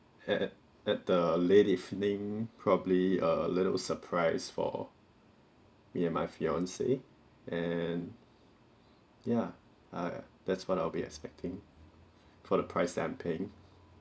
at at the late evening probably a little surprise for me and my fiancee and yeah uh that's what I'll be expecting for the price that's I'm paying